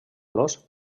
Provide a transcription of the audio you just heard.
los